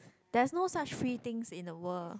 there's no such free things in the world